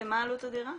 שמה עלות הדירה?